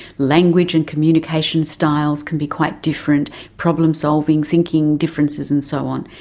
language and communication styles can be quite different, problem solving, thinking differences and so on.